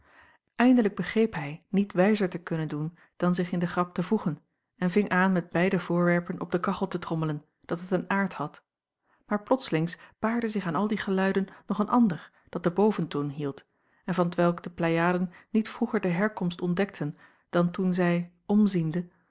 eindelijk begreep hij niet wijzer te kunnen doen dan zich in den grap te voegen en ving aan met beide voorwerpen op de kachel te trommelen dat het een aard had maar plotslings paarde zich aan al die geluiden nog een ander dat den boventoon hield en van t welk de pleiaden niet vroeger de herkomst ontdekten dan toen zij omziende